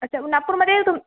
अच्छा नागपूरमध्ये तुम